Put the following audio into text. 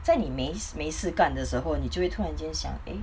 在你没事没事干的时候你就会突然间想 eh